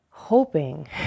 hoping